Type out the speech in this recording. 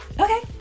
Okay